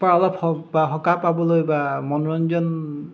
পা অলপ সকাহ পাবলৈ বা মনোৰঞ্জন